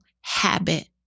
habit